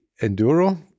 Enduro